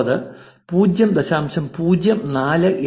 059 0